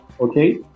okay